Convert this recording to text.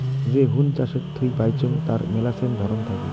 যে হুন চাষের থুই পাইচুঙ তার মেলাছেন ধরন থাকি